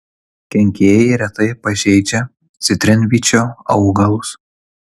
kenkėjai retai pažeidžia citrinvyčio augalus